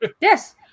Yes